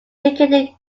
indicate